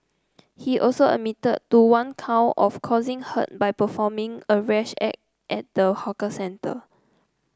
he also admitted to one count of causing hurt by performing a rash act at the hawker centre